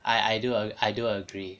I I do I do agree